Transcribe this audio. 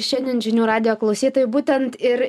šiandien žinių radijo klausytojai būtent ir arba